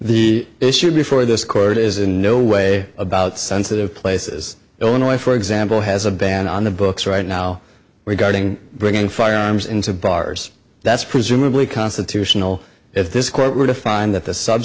the issue before this court is in no way about sensitive places illinois for example has a ban on the books right now regarding bringing firearms into bars that's presumably constitutional if this court were to find that the